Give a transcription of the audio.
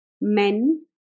men